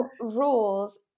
rules